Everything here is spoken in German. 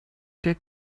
der